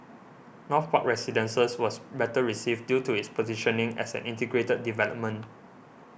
North Park Residences was better received due to its positioning as an integrated development